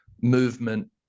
movement